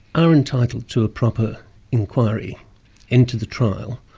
are entitled to a proper inquiry into the trial,